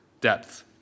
depth